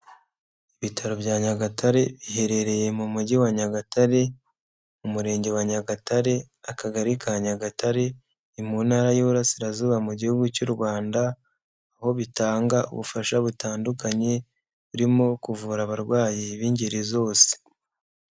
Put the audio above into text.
Ibitaro bya Nyagatare biherereye mu mujyi wa Nyagatare, mu murenge wa Nyagatare, akagari ka Nyagatare mu ntara y'ububurasirazuba, mu gihugu cy'u rwanda. Aho bitanga ubufasha butandukanye burimo kuvura abarwayi b'ingeri zose.